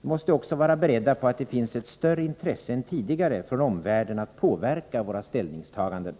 Vi måste också vara beredda på att det finns ett större intresse än tidigare från omvärlden att påverka våra ställningstaganden.